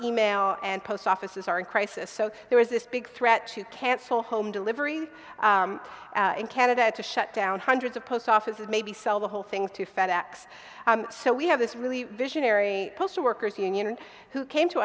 e mail and post offices are in crisis so there is this big threat to cancel home delivery in canada had to shut down hundreds of post offices may we sell the whole thing to fed ex so we have this really visionary postal workers union who came to